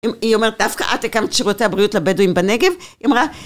היא אומרת דווקא את הקמת שירותי הבריאות לבדואים בנגב, היא אמרה